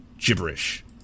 gibberish